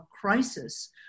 crisis